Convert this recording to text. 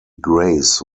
grace